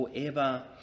forever